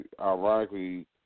ironically